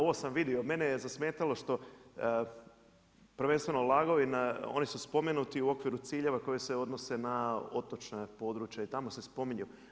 Ovo sam vidio, mene je zasmetalo što prvenstveno LAG-ovi oni su spomenuti u okviru ciljeva koji se odnose na otočna područja i tamo se spominju.